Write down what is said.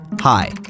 Hi